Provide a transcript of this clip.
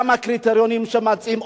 גם הקריטריונים שמציעים,